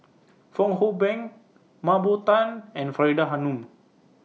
Fong Hoe Beng Mah Bow Tan and Faridah Hanum